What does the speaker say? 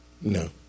no